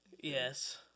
yes